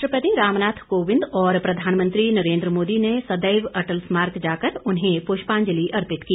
राष्ट्रपति रामनाथ कोविन्द और प्रधानमंत्री नरेन्द्र मोदी ने सदैव अटल स्मारक जाकर उन्हें पुष्पांजलि अर्पित की